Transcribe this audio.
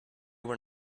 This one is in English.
were